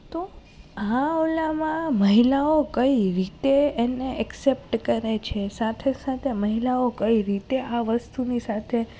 તો આ ઓલામાં મહિલાઓ કઈ રીતે એને એક્સેપ્ટ કરે છે સાથે સાથે મહિલાઓ કઈ રીતે આ વસ્તુની સાથે